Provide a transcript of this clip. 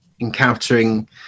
encountering